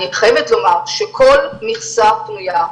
אני חייבת לומר שכל מכסה פנויה,